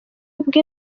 bwe